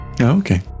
okay